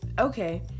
okay